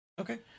Okay